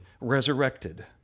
resurrected